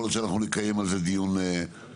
יכול להיות שאנחנו נקיים על זה דיון בנפרד.